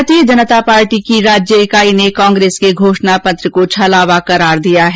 भारतीय जनता पार्टी की राज्य इकाई ने कांग्रेस के घोषणा पत्र को छलावा करार दिया है